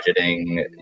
budgeting